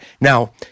Now